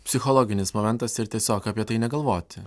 psichologinis momentas ir tiesiog apie tai negalvoti